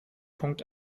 punkt